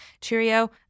Cheerio